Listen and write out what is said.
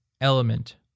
element